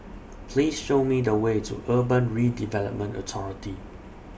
Please Show Me The Way to Urban Redevelopment Authority